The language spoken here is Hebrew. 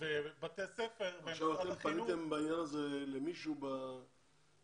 ובתי הספר ומשרד החינוך --- אתם פניתם בעניין הזה למישהו בעבר?